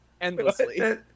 Endlessly